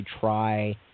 try